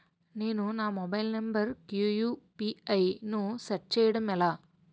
నేను నా mobile number కుయు.పి.ఐ ను సెట్ చేయడం ఎలా?